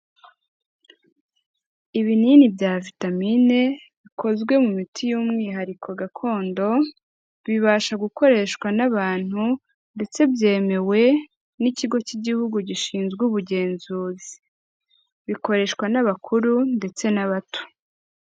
Ibinini bya vitamine bikozwe mu miti y'umwihariko gakondo, bibasha gukoreshwa n'abantu, ndetse byemewe n'ikigo cy'igihugu gishinzwe ubugenzuzi, bikoreshwa n'abakuru, ndetse n'abato.